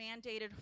Mandated